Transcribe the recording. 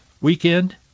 weekend